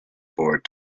aboard